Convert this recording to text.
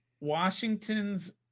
Washington's